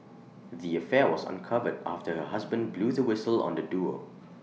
the affair was uncovered after her husband blew the whistle on the duo